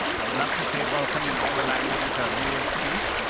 i would love to say welcome in all our languages our viewers speak,